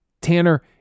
Tanner